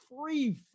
free